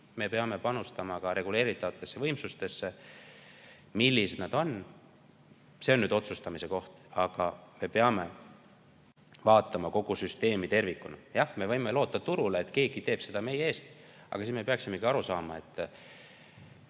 me peame panustama ka reguleeritavatesse võimsustesse. Millised need on? See on nüüd otsustamise koht, aga me peame vaatama kogu süsteemi tervikuna. Jah, me võime loota turule, et keegi teeb seda meie eest. Samas me peaksime aru saama, et